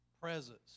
presence